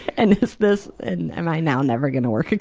and is this, and am i now never gonna work again?